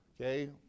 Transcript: okay